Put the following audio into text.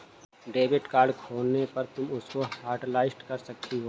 debit card खोने पर तुम उसको हॉटलिस्ट कर सकती हो